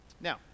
Now